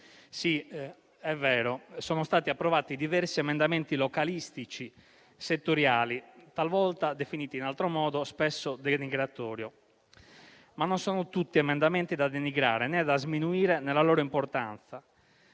Sì, è vero, sono stati approvati diversi emendamenti localistici, settoriali, talvolta definiti in altro modo, spesso denigratorio, ma non sono tutti emendamenti da denigrare, né da sminuire nella loro importanza.